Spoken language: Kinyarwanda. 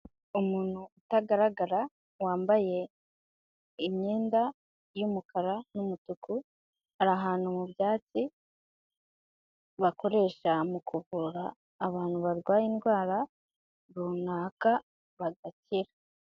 Umuntu utagaragara wambaye imyenda y'umukara n'umutuku, ari ahantu mu byatsi bakoresha mu kuvura abantu barwaye indwara runaka bagakira.